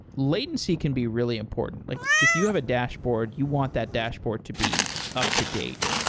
latency can be really important. like if you have a dashboard, you want that dashboard to be up to date.